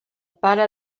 pare